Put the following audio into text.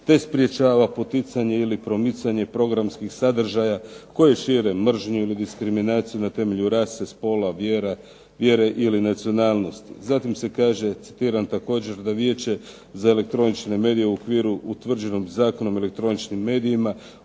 te sprečava poticanje ili promicanje programskih sadržaja koje šire mržnju ili diskriminaciju na temelju rase, spola, vjere ili nacionalnosti." Zatim se kaže, citiram također: "da Vijeće za elektroničke medije u okviru utvrđenom Zakonom o elektroničkim medijima